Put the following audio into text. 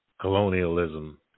colonialism